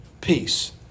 Peace